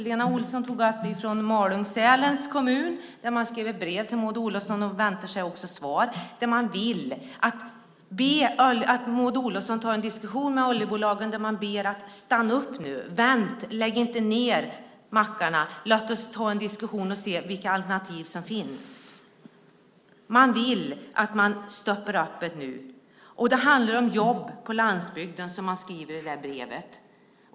Lena Olsson tog upp Malung-Sälens kommun, där man skrev ett brev till Maud Olofson och också väntar sig ett svar. Man ber att Maud Olofsson tar en diskussion med oljebolagen där man ber dem att stanna upp nu. Vänta! Lägg inte ned mackarna! Låt oss ta en diskussion och se vilka alternativ som finns! Man vill att man stoppar det nu. Det handlar om jobb på landsbygden, som man skriver i det där brevet.